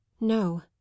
No